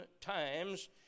times